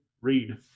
read